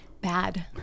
Bad